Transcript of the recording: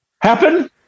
happen